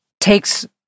takes